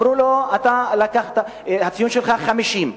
אמרו לו: הציון שלך 50,